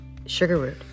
Sugarroot